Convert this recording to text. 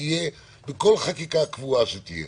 שזה יהיה בכל חקיקה קבועה שתהיה